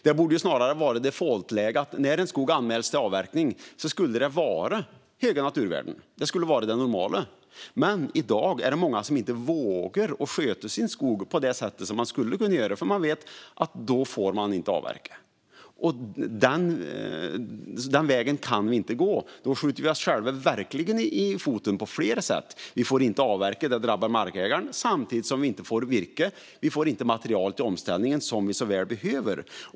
Det borde snarare vara defaultläge att när en skog anmäls för avverkning är naturvärdena höga. Det borde vara det normala. Men i dag är det många som inte vågar sköta sin skog på det sätt de skulle kunna göra, för de vet att då får de inte avverka. Den vägen kan vi inte gå. Då skjuter vi verkligen oss själva i foten på flera sätt. Vi får inte avverka, vilket drabbar markägaren, samtidigt som vi inte får virke - vi får inte det material till omställningen som vi så väl behöver.